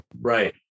Right